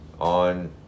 on